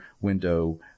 window